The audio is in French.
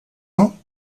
ans